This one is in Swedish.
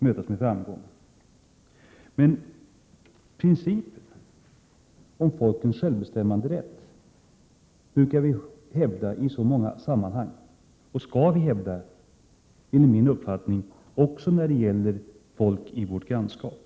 Men principen om folkens självbestämmanderätt brukar vi hävda i en mängd olika sammanhang — och den skall vi enligt min uppfattning också hävda när det gäller folk i vårt grannskap.